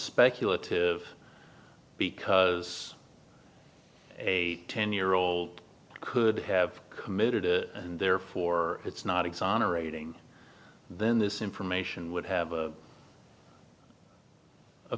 speculative because a ten year old could have committed it and therefore it's not exonerating then this information would have